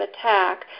attack